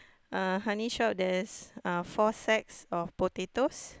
uh honey shop there is uh four sacks of potatoes